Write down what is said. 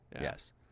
Yes